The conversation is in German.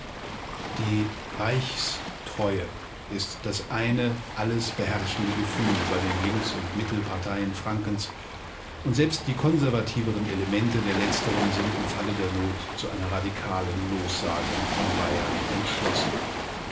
die reichstreue ist das eine alles beherrschende gefühl bei den links und mittelparteien frankens und selbst die konservativeren elemente der letzteren sind im falle der not zu einer radikalen lossagung von bayern entschlossen